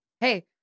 Hey